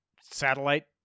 satellite